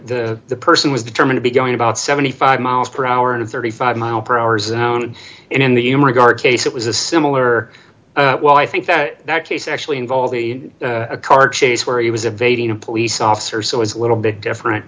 the the person was determined to go in about seventy five miles per hour and thirty five mile per hour zone and in the in regard case it was a similar well i think that that case actually involved a car chase where he was evading a police officer so it's a little bit different